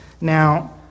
now